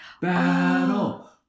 Battle